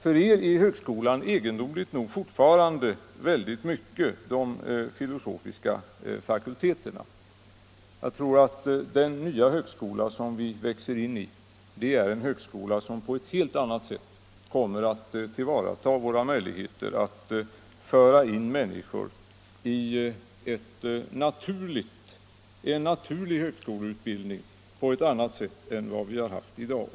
För er är högskolan egendomligt nog fortfarande i hög grad de filosofiska fakulteterna. Jag tror att den nya högskola som vi växer in i är en högskola som kommer att föra in människor naturligt i en vidgad högskoleutbildning på ett helt annat sätt än högskolan gör i dag.